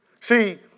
See